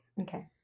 Okay